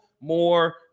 more